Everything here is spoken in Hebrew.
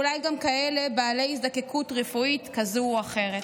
אולי גם כאלה בעלי הזדקקות רפואית כזאת או אחרת.